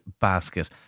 basket